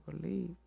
believe